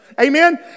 Amen